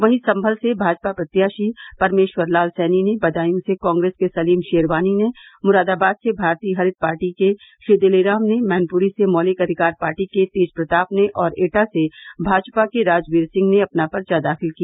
वहीं संभल से भाजपा प्रत्याशी परमेश्वर लाल सैनी ने बदायूं से कांग्रेस के सलीम शेरवानी ने मुरादाबाद से भारतीय हरित पार्टी के श्री दिलेराम ने मैनपुरी से मौलिक अधिकार पार्टी के तेजप्रताप ने और एटा से भाजपा के राजवीर सिंह ने अपना पर्चा दाखिल किया